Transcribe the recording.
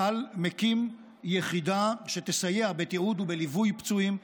צה"ל מקים יחידה שתסייע בתיעוד ובליווי פצועים,